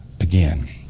again